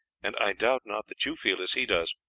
and i doubt not that you feel as he does.